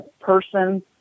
person